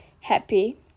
happy